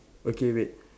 okay wait